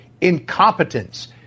Incompetence